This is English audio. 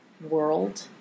world